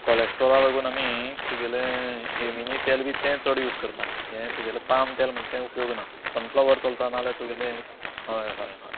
कॉलॅस्ट्रोला लागून आमी तुगेलें जॅमिनी तेल बी तें चड यूज करता हे तुगेलें पाम तेल म्हण तें उपयोग ना सनफ्लावर चलता नाल्या तुगेलें हय हय हय